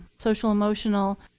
social-emotional,